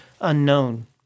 Unknown